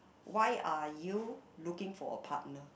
why are you looking for a partner